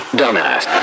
dumbass